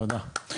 תודה.